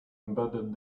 embedded